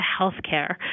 healthcare